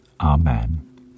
Amen